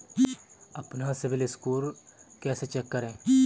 अपना CIBIL score कैसे check करें?